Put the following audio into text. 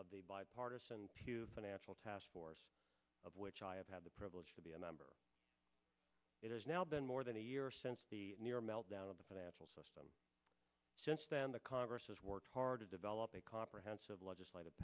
of the bipartisan tube financial task force of which i have had the privilege to be a member it has now been more than a year since the near meltdown of the financial system since then the congress has worked hard to develop a comprehensive legislative